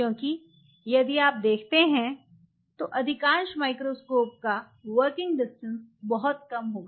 क्योंकि यदि आप देखते हैं तो अधिकांश माइक्रोस्कोप का वर्किंग डिस्टेंस बहुत कम होगा